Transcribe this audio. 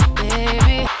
baby